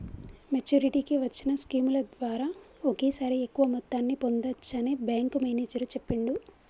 మెచ్చురిటీకి వచ్చిన స్కీముల ద్వారా ఒకేసారి ఎక్కువ మొత్తాన్ని పొందచ్చని బ్యేంకు మేనేజరు చెప్పిండు